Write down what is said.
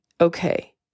okay